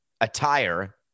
attire